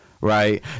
Right